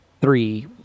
three